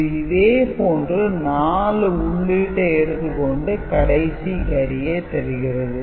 இது இதே போன்ற 4 உள்ளீட்டை எடுத்துக் கொண்டு கடைசி கேரியை தருகிறது